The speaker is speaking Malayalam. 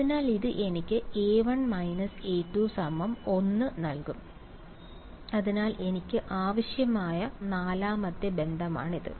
അതിനാൽ ഇത് എനിക്ക് A2 − A1 1 നൽകും അതിനാൽ എനിക്ക് ആവശ്യമായ നാലാമത്തെ ബന്ധമാണിത്